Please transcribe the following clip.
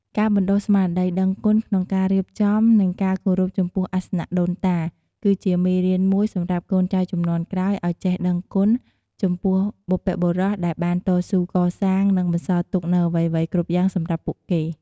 ការបណ្តុះស្មារតីដឹងគុណក្នុងការរៀបចំ និងការគោរពចំពោះអាសនៈដូនតា គឺជាមេរៀនមួយសម្រាប់កូនចៅជំនាន់ក្រោយឲ្យចេះដឹងគុណចំពោះបុព្វបុរសដែលបានតស៊ូកសាង និងបន្សល់ទុកនូវអ្វីៗគ្រប់យ៉ាងសម្រាប់ពួកគេ។